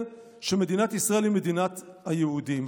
שמדינת ישראל היא מדינת היהודים".